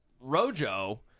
Rojo